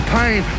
pain